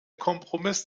kompromiss